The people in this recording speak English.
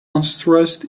unstressed